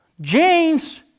James